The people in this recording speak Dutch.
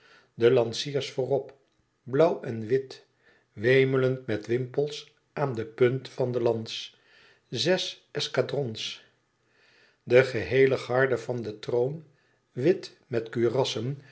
de lanciers voorop blauw en wit wemelend met wimpels aan de punt van de lans zes escadrons de geheele garde van den troon wit met kurassen